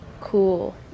Cool